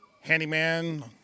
Handyman